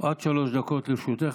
עד שלוש דקות לרשותך.